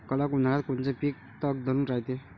कडक उन्हाळ्यात कोनचं पिकं तग धरून रायते?